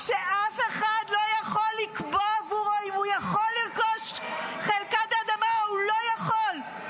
שאף אחד לא יכול לקבוע עבורו אם הוא יכול לרכוש חלקת אדמה או לא יכול.